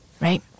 Right